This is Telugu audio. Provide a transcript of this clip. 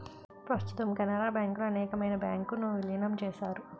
ప్రస్తుతం కెనరా బ్యాంకులో అనేకమైన బ్యాంకు ను విలీనం చేశారు